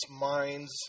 minds